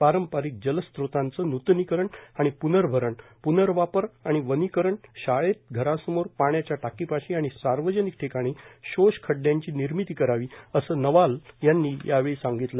पारंपारिक जलस्त्रोतांचे नुतणीकरण आणि पुनर्भरण र पुनर्वापर आणि वनीकरण र शाळेतर घरासमोरर पाण्याच्या टाकीपाशी आणि सार्वजनिक ठिकाणी शोषखड्ड्यांची निर्मिती करावी असं नवाल यांनी यावेळी सांगितलं